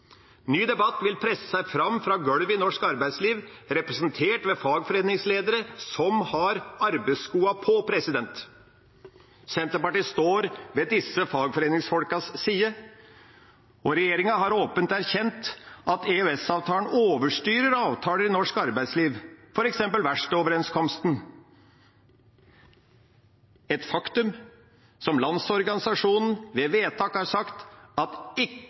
ny debatt vil presse seg fram fra golvet i norsk arbeidsliv, representert ved fagforeningsledere, som har arbeidsskoa på. Senterpartiet står ved disse fagforeningsfolkenes side. Regjeringa har åpent erkjent at EØS-avtalen overstyrer avtaler i norsk arbeidsliv, f.eks. Verkstedoverenskomsten, et faktum som Landsorganisasjonen gjennom vedtak har sagt